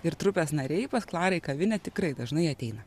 ir trupės nariai pas klarą į kavinę tikrai dažnai ateina